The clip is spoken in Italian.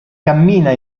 cammina